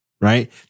right